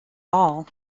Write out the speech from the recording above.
all